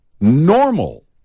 normal